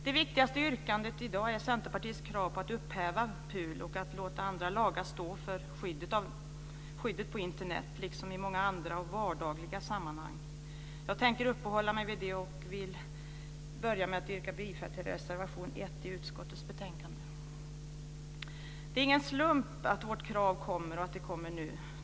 Det viktigaste yrkandet i dag är Centerpartiets krav på att upphäva PUL och låta andra lagar stå för skyddet på Internet liksom i många andra vardagliga sammanhang. Jag tänker uppehålla mig vid det. Jag vill börja med att yrka bifall till reservation 1 i utskottets betänkande. Det är ingen slump att vårt krav kommer och att det kommer nu.